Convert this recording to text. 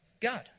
God